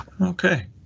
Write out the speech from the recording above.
Okay